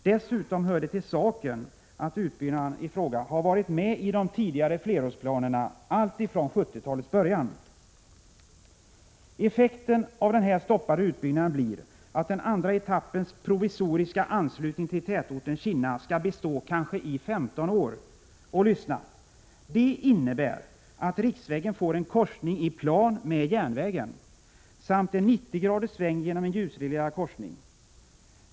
Dessutom hör till saken att utbyggnaden i fråga har varit med i de tidigare flerårsplanerna alltifrån 70-talets början. Effekten av den stoppade utbyggnaden blir att den andra etappens provisoriska anslutning till tätorten Kinna skall bestå i kanske 15 år! Och lyssna: Det innebär att riksvägen får en korsning i plan med järnvägen samt en 90 graders sväng genom en ljusreglerad korsning.